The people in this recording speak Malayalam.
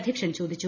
അധ്യക്ഷൻ ചോദിച്ചു